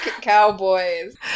cowboys